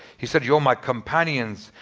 he said you're my companions.